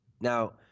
Now